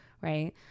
right